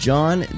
John